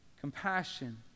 compassion